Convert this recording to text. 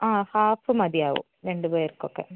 അ half മതിയാവും രണ്ട് പേർക്കൊക്കെ